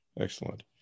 Excellent